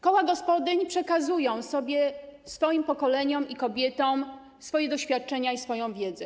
Koła gospodyń przekazują sobie, swoim pokoleniom i kobietom swoje doświadczenia i swoją wiedzę.